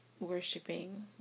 worshipping